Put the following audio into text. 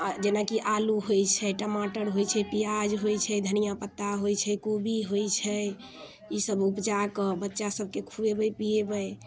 अऽ जेनाकि आलू होइत छै टमाटर होइत छै पियाज होइत छै धनिया पत्ता होइत छै कोबी होइत छै ई सभ उपजा कऽ बच्चा सभकेँ खुएबै पिएबै